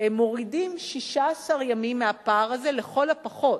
מורידים 16 ימים מהפער הזה לכל הפחות.